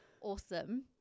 awesome